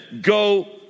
go